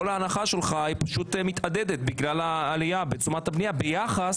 ההנחה שלך היא פשוט מתאדה בגלל העלייה בתשומות הבנייה ביחס